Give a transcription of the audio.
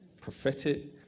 prophetic